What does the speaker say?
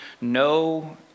No